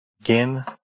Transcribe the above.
again